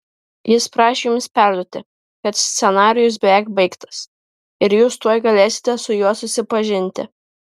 jis prašė jums perduoti kad scenarijus beveik baigtas ir jūs tuoj galėsite su juo susipažinti